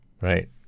Right